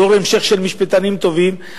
דור המשך של משפטנים טובים.